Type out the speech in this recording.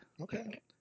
Okay